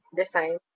design